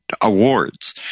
awards